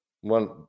one